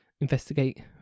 investigate